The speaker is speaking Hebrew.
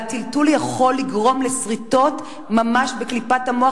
הטלטול יכול לגרום לסריטות ממש בקליפת המוח,